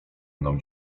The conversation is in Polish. mną